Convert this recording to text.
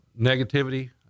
negativity